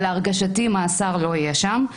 אבל להרגשתי, מאסר לא יהיה שם.